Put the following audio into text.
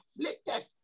afflicted